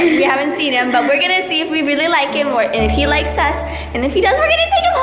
yeah haven't seen him, but we are gonna see if we really like him or and if he likes us and if he does we are gonna take